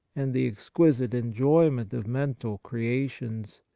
and the exquisite enjoy ment of mental creations,